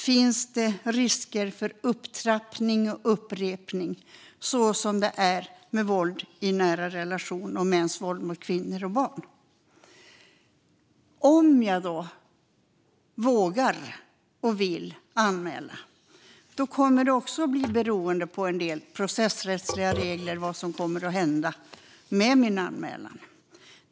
Finns det risker för upptrappning och upprepning, så som det är med våld i nära relationer och mäns våld mot kvinnor och barn? Om jag vågar och vill anmäla kommer det att bli beroende av en del processrättsliga regler vad som kommer att hända med min anmälan.